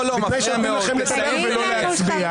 בתנאי שנותנים לכם לדבר ולא להצביע.